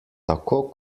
tako